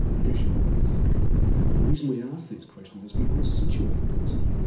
who's your mob. and the reason we ask these questions is we want to situate a person,